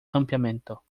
campamento